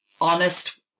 honest